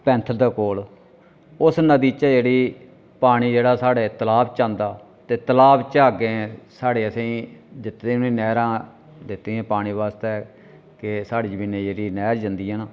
panther दे कोल उस नदी च जेह्ड़ी पानी जेह्ड़ा साढ़े तलाब च औंदा ऐ ते तलाब चा अग्गें साढ़े असें ई दित्ते दे न नैह्रां दित्ती दियां पानी आस्तै केह् साढ़ी जमीने जेह्ड़ी नैह्र जंदी ऐ न